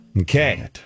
Okay